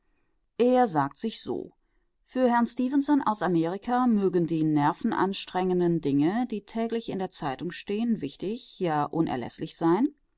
er sagt sich so für herrn stefenson aus amerika mögen die nervenanstrengenden dinge die täglich in der zeitung stehen wichtig ja unerläßlich sein